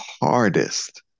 hardest